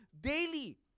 daily